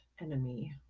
enemy